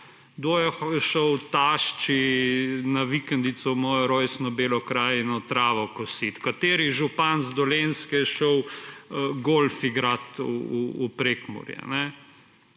Kdo je šel k tašči na vikendico, v mojo rojstno Belo krajino travo kosit? Kateri župan z Dolenjske je šel golf igrat v Prekmurje?